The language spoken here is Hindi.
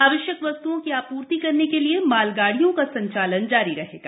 आवश्यक वस्त्ओं की आपूर्ति करने के लिए मालगाड़ियों का संचालन जारी रहेगा